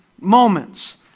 moments